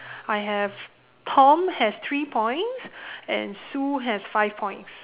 I have tom has three points and sue has five points